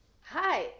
Hi